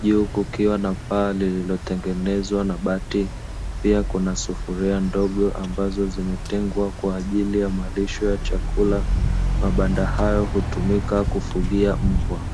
juu kukiwa na paa lililotengenezwa na bati; pia kuna sufuria ndogo ambazo zimetengwa kwa ajili ya malisho ya chakula. Mabanda hayo hutumika kufugia mbwa.